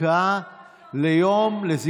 חקיקה ליום, אבל מיקי, זה לא פייר, מה שאתה עושה.